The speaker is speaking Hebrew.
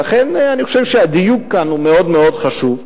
לכן, אני חושב שהדיון כאן הוא מאוד מאוד חשוב,